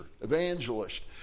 evangelist